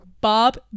bob